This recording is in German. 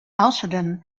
außerdem